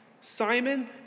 Simon